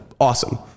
awesome